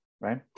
right